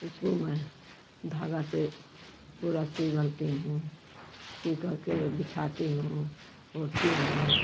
उसको मैं धागा से पूरा सीलती हूँ सीकर के बिछाती हूँ ओढ़ती हूँ